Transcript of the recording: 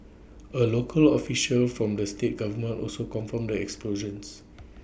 A local official from the state government also confirmed the explosions